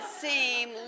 seem